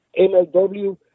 MLW